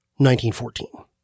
1914